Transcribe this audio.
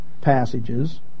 passages